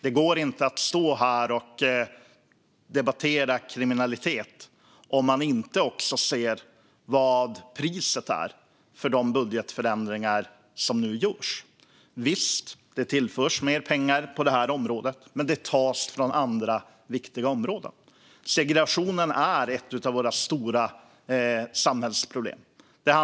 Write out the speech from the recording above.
Det går inte att stå här och debattera kriminalitet om man inte också ser vad priset är för de budgetförändringar som nu gjorts. Visst tillförs det mer pengar på det här området. Men det tas från andra viktiga områden. Segregationen är ett av våra stora samhällsproblem.